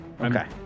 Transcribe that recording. Okay